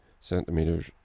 centimeters